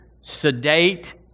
sedate